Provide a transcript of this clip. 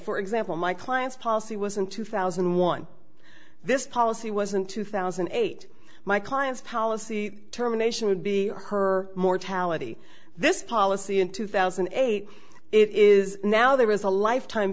for example my client's policy was in two thousand and one this policy wasn't two thousand and eight my client's policy terminations would be her mortality this policy in two thousand and eight is now there is a lifetime